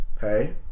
hey